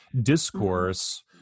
discourse